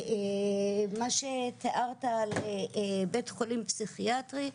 מה שתיארת על בי"ח פסיכיאטרי.